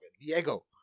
Diego